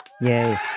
Yay